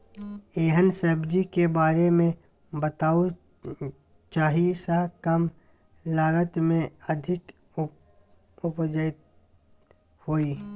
एहन सब्जी के बारे मे बताऊ जाहि सॅ कम लागत मे अधिक उपज होय?